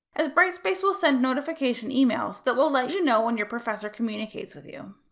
as brightspace will send notification emails that will let you know when your professor communicates with you.